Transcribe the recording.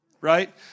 right